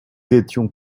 étions